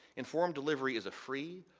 informed delivery is a free,